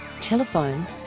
telephone